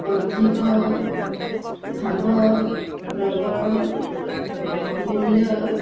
ଅଧିକ ଭାବ ପ୍ରବଳ ମୂଲ୍ୟ